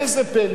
ראה זה פלא,